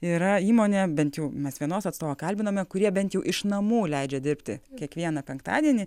yra įmonė bent jau mes vienos atstovo kalbinome kurie bent jų iš namų leidžia dirbti kiekvieną penktadienį